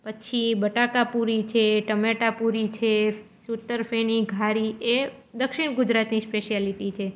પછી બટાકાપૂરી છે પછી ટમેટાપૂરી છે સૂતરફેણી ઘારી એ દક્ષિણ ગુજરાતી સ્પેશિયાલિટી છે